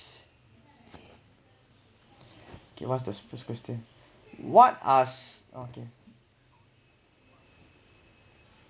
okay what's the supposed question what us ah okay